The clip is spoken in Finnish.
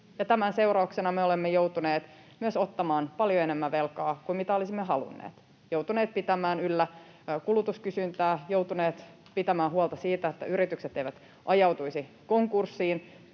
tämän seurauksena me olemme joutuneet myös ottamaan paljon enemmän velkaa kuin mitä olisimme halunneet, joutuneet pitämään yllä kulutuskysyntää, joutuneet pitämään huolta siitä, että yritykset eivät ajautuisi konkurssiin,